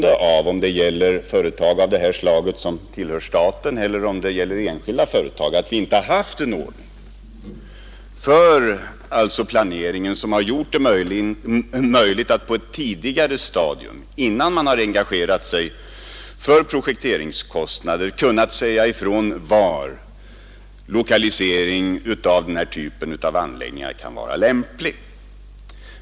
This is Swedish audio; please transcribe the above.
den planerade av om det gäller företag av det här slaget som tillhör staten eller om det utbyggnaden av gäller enskilda företag — att vi inte har haft en ordning för planeringen Marvikens kraftsom gjort det möjligt att på ett tidigare stadium, innan man har engagerat station sig i stora projekteringskostnader, säga ifrån var lokalisering av denna typ av anläggningar kan vara lämplig.